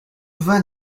vin